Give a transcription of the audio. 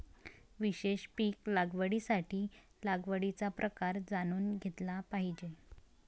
विशेष पीक लागवडीसाठी लागवडीचा प्रकार जाणून घेतला पाहिजे